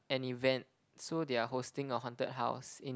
an event so they are hosting a haunted house in